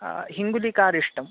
हिङ्गुलिकारिष्टम्